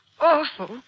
Awful